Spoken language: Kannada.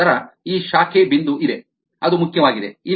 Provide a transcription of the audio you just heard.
ತದನಂತರ ಈ ಶಾಖೆ ಬಿಂದು ಇದೆ ಅದು ಮುಖ್ಯವಾಗಿದೆ